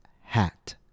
hat